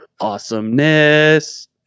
awesomeness